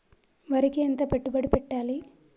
వరికి ఎంత పెట్టుబడి పెట్టాలి?